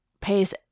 pays